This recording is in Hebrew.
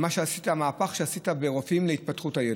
המהפך שעשית אצל רופאים, להתפתחות הילד.